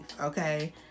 Okay